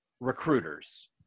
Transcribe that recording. recruiters